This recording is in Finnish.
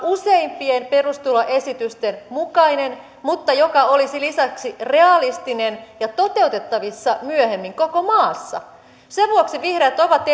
useimpien perustuloesitysten mukainen mutta joka olisi lisäksi realistinen ja toteutettavissa myöhemmin koko maassa sen vuoksi vihreät ovat